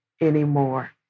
anymore